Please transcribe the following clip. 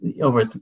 over